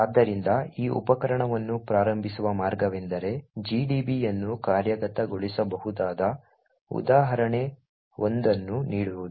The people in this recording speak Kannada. ಆದ್ದರಿಂದ ಈ ಉಪಕರಣವನ್ನು ಪ್ರಾರಂಭಿಸುವ ಮಾರ್ಗವೆಂದರೆ gdb ಯನ್ನು ಕಾರ್ಯಗತಗೊಳಿಸಬಹುದಾದ ಉದಾಹರಣೆ 1 ಅನ್ನು ನೀಡುವುದು